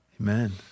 Amen